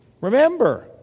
Remember